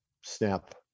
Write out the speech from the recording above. snap